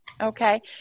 Okay